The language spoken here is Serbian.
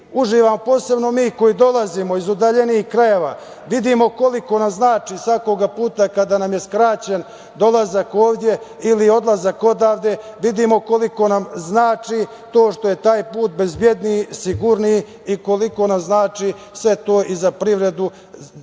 uživamo, posebno mi koji dolazimo iz udaljenijih krajeva, vidimo koliko nam znači svaki put kada nam je skraćen dolazak ovde ili odlazak odavde, vidimo koliko nam znači to što je taj put bezbedniji, sigurniji i koliko nam znači sve to i za privredu kraja